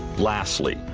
lastly,